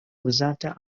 uzata